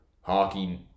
hockey